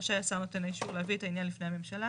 רשאי השר נותן האישור להביא את העניין בפני הממשלה